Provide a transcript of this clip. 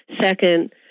Second